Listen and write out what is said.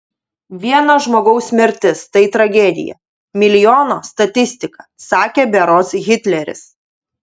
vieno žmogaus mirtis tai tragedija milijono statistika sakė berods hitleris